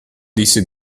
disse